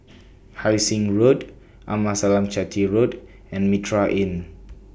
Hai Sing Road Amasalam Chetty Road and Mitraa Inn